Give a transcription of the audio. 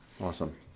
Awesome